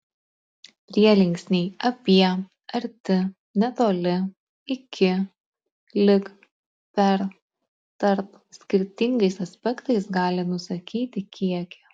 prielinksniai apie arti netoli iki lig per tarp skirtingais aspektais gali nusakyti kiekį